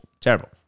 terrible